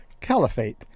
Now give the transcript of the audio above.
caliphate